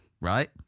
Right